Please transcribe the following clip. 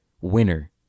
winner